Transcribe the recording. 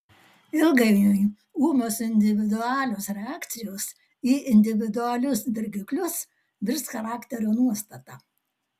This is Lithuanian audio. ilgainiui ūmios individualios reakcijos į individualius dirgiklius virs charakterio nuostata